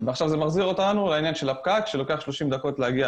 עכשיו זה מחזיר אותנו לעניין של הפקק שלוקח 30 דקות להגיע